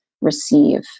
receive